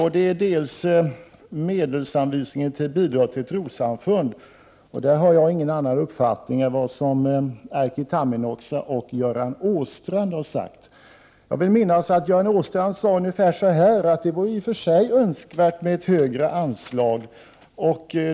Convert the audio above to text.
I fråga om medelsanvisningen till bidrag till trossamfund har jag ingen annan uppfattning än vad som kommit till uttryck i vad Erkki Tammenoksa och Göran Åstrand har sagt. Jag vill minnas att Göran Åstrand sade ungefär att det i och för sig är önskvärt med ett högre anslag.